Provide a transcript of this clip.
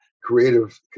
creative